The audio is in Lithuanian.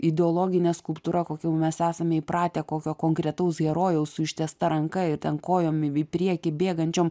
ideologinė skulptūra kokių mes esame įpratę kokio konkretaus herojaus su ištiesta ranka ir ten kojom į į priekį bėgančiom